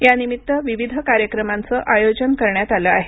यानिमित्त विविध कार्यक्रमांचं आयोजन करण्यात आलं आहे